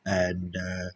and uh